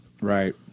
Right